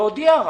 להודיע רק.